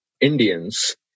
Indians